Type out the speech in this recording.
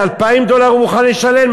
2,000 דולר הוא מוכן לשלם,